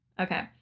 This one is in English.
Okay